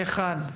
פה אחד.